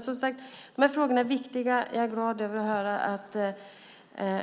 Frågorna är som sagt viktiga. Jag är glad över att